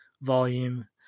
volume